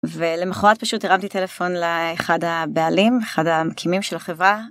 ולמחרות פשוט הרמתי טלפון לאחד הבעלים אחד, המקימים של החברה.